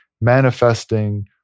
manifesting